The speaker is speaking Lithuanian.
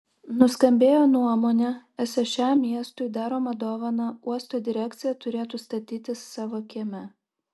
nuskambėjo nuomonė esą šią miestui daromą dovaną uosto direkcija turėtų statytis savo kieme